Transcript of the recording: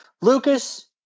lucas